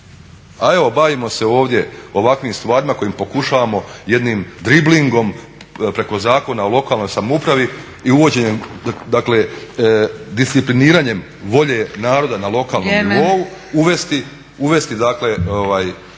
a evo bavimo se ovdje ovakvim stvarima kojim pokušavamo jednim driblingom preko Zakona o lokalnoj samoupravi i uvođenjem dakle discipliniranjem volje naroda na lokalnom nivou uvesti ono što vi eto